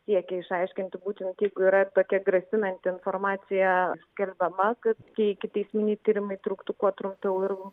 siekia išaiškinti būtent jeigu yra tokia grasinanti informacija skelbiama kad tie ikiteisminiai tyrimai truktų kuo trumpiau ir